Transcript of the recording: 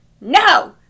No